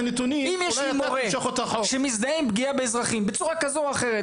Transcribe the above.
לי מורה שמזדהה עם פגיעה באזרחים בצורה כזו או אחרת,